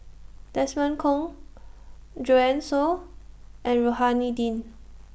Desmond Kon Joanne Soo and Rohani Din